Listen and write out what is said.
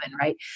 right